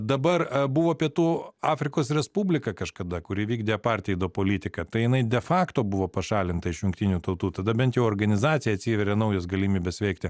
dabar buvo pietų afrikos respublika kažkada kuri vykdė aparteido politiką tai jinai defakto buvo pašalinta iš jungtinių tautų tada bent jau organizacijai atsiveria naujos galimybės veikti